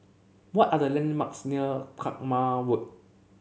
what are the landmarks near Talma Road